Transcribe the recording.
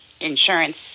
insurance